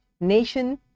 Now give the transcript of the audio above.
nation